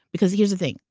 because here's the thing.